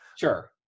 Sure